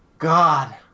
god